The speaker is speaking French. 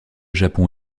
japon